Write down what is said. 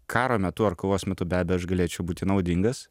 karo metu ar kovos metu be abejo aš galėčiau būti naudingas